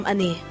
Ani